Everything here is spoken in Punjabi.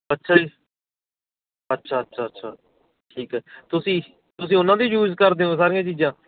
ਅੱਛਾ ਜੀ ਅੱਛਾ ਅੱਛਾ ਅੱਛਾ ਠੀਕ ਹੈ ਤੁਸੀਂ ਤੁਸੀਂ ਉਹਨਾਂ ਦੀ ਯੂਜ ਕਰਦੇ ਹੋ ਸਾਰੀਆਂ ਚੀਜ਼ਾਂ